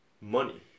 money